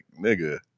nigga